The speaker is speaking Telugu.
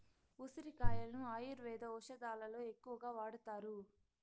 ఉసిరి కాయలను ఆయుర్వేద ఔషదాలలో ఎక్కువగా వాడతారు